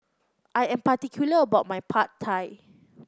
I am particular about my Pad Thai